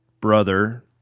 brother